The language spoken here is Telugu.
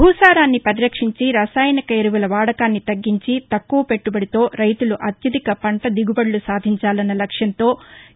భూసారాన్ని పరిరక్షించి రసాయనిక ఎరువుల వాదకాన్ని తగ్గించితక్కువ పెట్టుబడితో రైతులు అత్యధిక పంట దిగుబడులు సాధించాలన్న లక్ష్యంతో